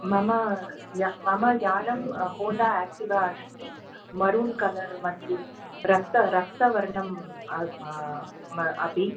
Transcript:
मम य मम यानं होण्डा आक्टिवा अस्ति मरून् कलर् मध्ये रक्त रक्तवर्णम् अ म अपि